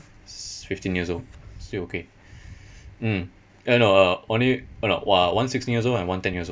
s~ fifteen years old still okay mm uh no uh only uh no o~ one sixteen years old and one ten years old